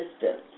distance